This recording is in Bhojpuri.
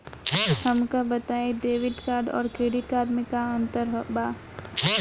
हमका बताई डेबिट कार्ड और क्रेडिट कार्ड में का अंतर बा?